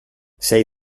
sei